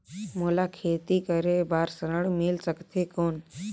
मोला खेती करे बार ऋण मिल सकथे कौन?